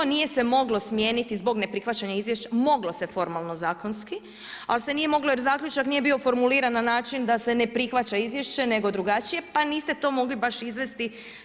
Nije se moglo smijeniti zbog neprihvaćanja izvješća, moglo se formalno zakonski, ali se nije moglo jer zaključak nije bio formuliran na način da se ne prihvaća izvješće nego drugačije pa niste to mogli baš izvesti.